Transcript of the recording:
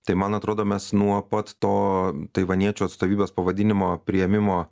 tai man atrodo mes nuo pat to taivaniečių atstovybės pavadinimo priėmimo